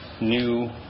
new